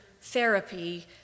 therapy